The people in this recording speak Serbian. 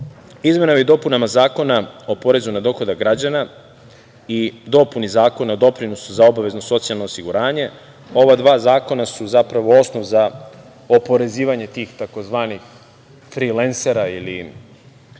izmenama i dopunama Zakon o porezu na dohodak građana i dopunu Zakona o doprinosu za obavezno socijalno osiguranje, ova dva zakona su zapravo osnov za oporezivanje tih tzv. frilensera ili